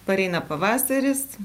pareina pavasaris